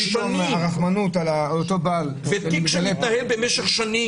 פתאום הרחמנות על אותו בעל --- זה תיק שמתנהל במשך שנים,